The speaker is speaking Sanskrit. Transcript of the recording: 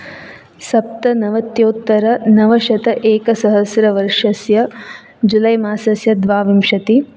सप्तनवत्योत्तरनवशत एकसहस्रवर्षस्य जुलै मासस्य द्वाविंशति